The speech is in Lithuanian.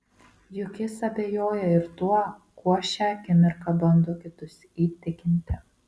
juk jis abejoja ir tuo kuo šią akimirką bando kitus įtikinti